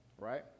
right